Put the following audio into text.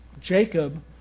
Jacob